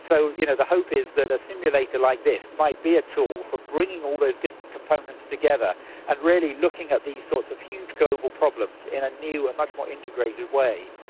so you know, the hope is that a simulator like this might be a tool for bringing all those different components together and really looking at these sorts of huge global problems in a new and much more integrated way.